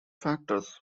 factors